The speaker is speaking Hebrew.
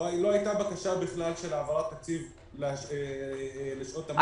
בכלל לא הייתה בקשה של העברת תקציב לשעות תמריץ וטיפוח.